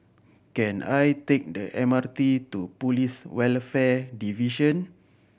can I take the M R T to Police Welfare Division